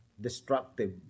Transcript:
destructive